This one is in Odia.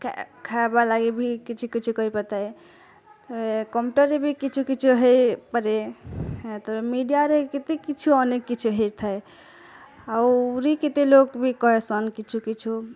ଖାଇବା ଲାଗି ଭି କିଛି କିଛି କହିପାରିଥାଏ ଏ କମ୍ପୁଟରରେ ବି କିଛୁ କିଛୁ ହେଇପାରେ ହେଁ ତ ମିଡ଼ିଆରେ କେତେ କିଛୁ ଅନେକ କିଛି ହେଇଥାଏ ଆଉରି କେତେ ଲୋକ୍ ଭି କହେସନ୍ କିଛୁ କିଛୁ